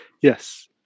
Yes